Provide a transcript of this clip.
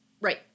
Right